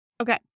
Okay